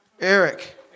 Eric